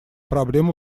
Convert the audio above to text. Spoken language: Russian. проблема